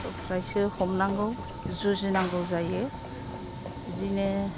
ओफ्रायसो हमनांगौ जुजिनांगौ जायो बिदिनो